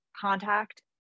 contact